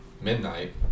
midnight